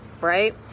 right